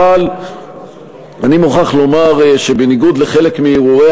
אבל אני מוכרח לומר שבניגוד לחלק מהרהורי